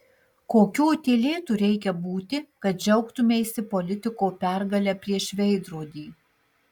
kokiu utėlėtu reikia būti kad džiaugtumeisi politiko pergale prieš veidrodį